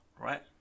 right